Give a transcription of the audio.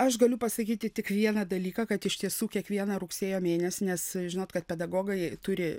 aš galiu pasakyti tik vieną dalyką kad iš tiesų kiekvieną rugsėjo mėnesį nes žinot kad pedagogai turi